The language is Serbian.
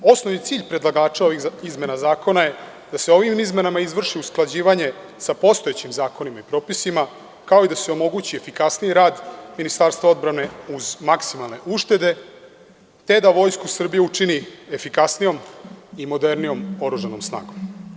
Osnovni cilj predlagača ovih izmena zakona je da se ovim izmenama izvrši usklađivanje sa postojećim zakonima i propisima, kao i da se omogući efikasniji rad Ministarstva odbrane uz maksimalne uštede, te da Vojsku Srbije učini efikasnijom i modernijom oružanom snagom.